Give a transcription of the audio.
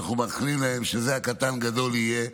אנחנו מאחלים להם שזה הקטן גדול יהיה.